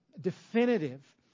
definitive